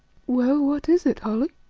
well, what is it, holly?